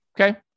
Okay